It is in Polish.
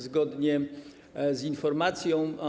Zgodnie z informacją.